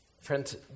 friends